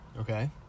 Okay